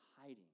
hiding